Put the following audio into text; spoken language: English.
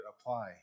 apply